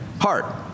Heart